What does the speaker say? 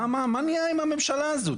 מה נהיה עם הממשלה הזו?